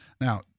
Now